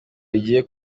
rigiye